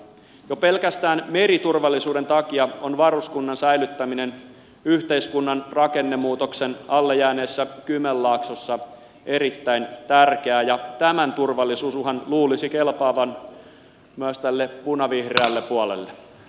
jo pelkästään meriturvallisuuden takia on varuskunnan säilyttäminen yhteiskunnan rakennemuutoksen alle jääneessä kymenlaaksossa erittäin tärkeää ja tämän turvallisuusuhan luulisi kelpaavan myös tälle punavihreälle puolelle